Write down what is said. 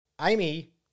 Amy